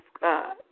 God